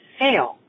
fail